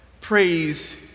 praise